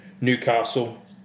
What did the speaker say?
Newcastle